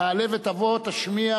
תעלה ותבוא, תשמיע,